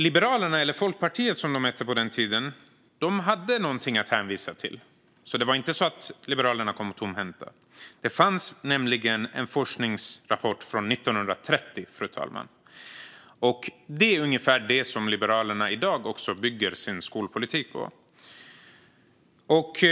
Liberalerna, som hette Folkpartiet på den tiden, hade dock någonting att hänvisa till. Det var alltså inte så att Liberalerna kom tomhänta, fru talman, för det fanns en forskningsrapport från 1930. Det är ungefär detta som Liberalerna bygger sin skolpolitik på även i dag.